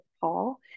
Paul